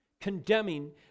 condemning